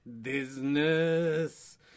business